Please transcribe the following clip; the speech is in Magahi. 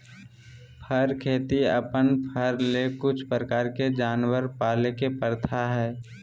फर खेती अपन फर ले कुछ प्रकार के जानवर पाले के प्रथा हइ